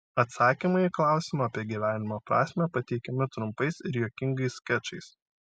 atsakymai į klausimą apie gyvenimo prasmę pateikiami trumpais ir juokingais skečais